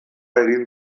egin